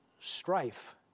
strife